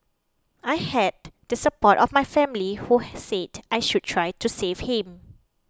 I had the support of my family who said I should try to save him